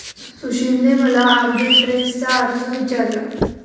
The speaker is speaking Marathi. सुशीलने मला आर्बिट्रेजचा अर्थ विचारला